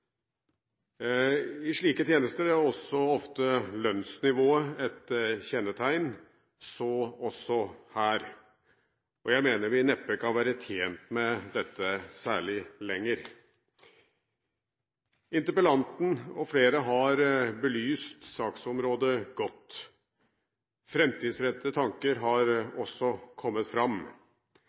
I slike tjenester er ofte lønnsnivået et kjennetegn, så også her. Jeg mener vi neppe kan være tjent med dette særlig lenger. Interpellanten og flere andre har belyst saksområdet godt. Framtidsrettede tanker har også kommet fram.